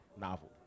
novel